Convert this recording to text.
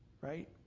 right